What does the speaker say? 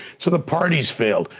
so the parties failed,